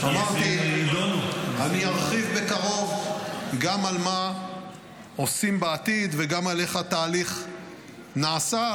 אמרתי: ארחיב בקרוב גם מה עושים בעתיד וגם איך התהליך נעשה.